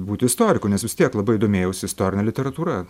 būti istoriku nes vis tiek labai domėjausi istorine literatūra